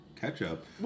ketchup